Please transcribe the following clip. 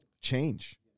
change